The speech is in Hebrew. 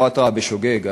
לא התרעה בשוגג,